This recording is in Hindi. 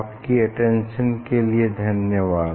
आपकी अटेंशन के लिए धन्यवाद्